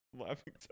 Laughing